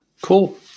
Cool